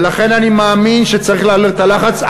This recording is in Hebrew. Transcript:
ולכן אני מאמין שצריך להעלות את הלחץ.